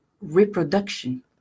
reproduction